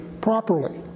properly